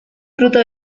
fruto